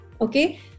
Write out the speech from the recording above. okay